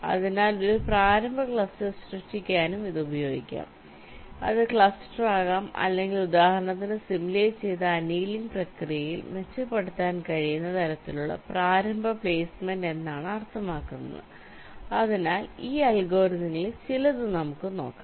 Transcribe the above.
അതിനാൽ ഒരു പ്രാരംഭ ക്ലസ്റ്റർ സൃഷ്ടിക്കാൻ ഇത് ഉപയോഗിക്കാം അത് ക്ലസ്റ്ററാകാം അല്ലെങ്കിൽ ഉദാഹരണത്തിന് സിമുലേറ്റ് ചെയ്ത അനിയലിംഗ് പ്രക്രിയയിൽ മെച്ചപ്പെടുത്താൻ കഴിയുന്ന തരത്തിലുള്ള പ്രാരംഭ പ്ലെയ്സ്മെന്റ് എന്നാണ് അർത്ഥമാക്കുന്നത് അതിനാൽ ഈ അൽഗോരിതങ്ങളിൽ ചിലത് നമുക്ക് നോക്കാം